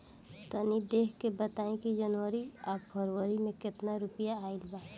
तनी देख के बताई कि जौनरी आउर फेबुयारी में कातना रुपिया आएल बा?